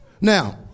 Now